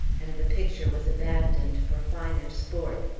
and the picture was abandoned for finer sport.